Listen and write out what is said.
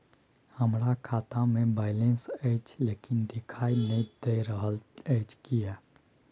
हमरा खाता में बैलेंस अएछ लेकिन देखाई नय दे रहल अएछ, किये?